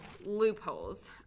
loopholes